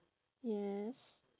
yes